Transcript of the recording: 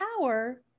power